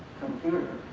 computer